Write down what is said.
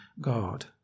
God